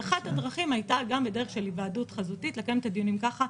אחת הדרכים הייתה גם בדרך של היוועדות חזותית לקיים את הדיונים ככה.